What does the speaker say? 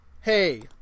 Hey